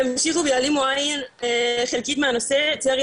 משרדים ימשיכו ויעלימו עין חלקית מהנושא לצערי